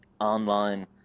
Online